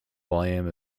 volume